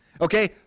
Okay